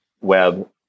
web